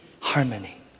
harmony